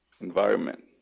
environment